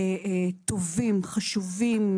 חשובים,